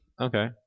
Okay